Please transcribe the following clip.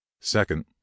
Second